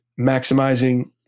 maximizing